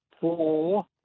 four